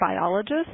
biologist